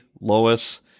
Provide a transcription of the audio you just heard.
Lois